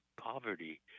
poverty